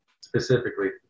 specifically